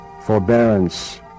forbearance